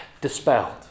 dispelled